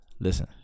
Listen